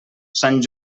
sant